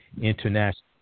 International